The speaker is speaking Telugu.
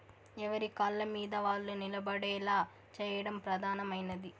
ఎవరి కాళ్ళమీద వాళ్ళు నిలబడేలా చేయడం ప్రధానమైనది